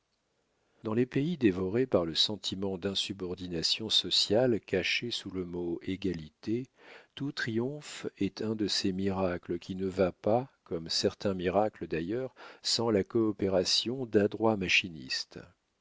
dans les pays dévorés par le sentiment d'insubordination sociale caché sous le mot égalité tout triomphe est un de ces miracles qui ne va pas comme certains miracles d'ailleurs sans la coopération d'adroits machinistes